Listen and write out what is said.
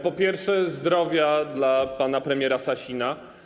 Po pierwsze, zdrowia dla pana premiera Sasina.